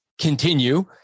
Continue